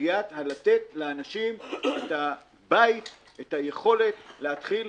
לתת לאנשים את הבית, את היכולת להתחיל.